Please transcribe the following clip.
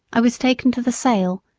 i was taken to the sale,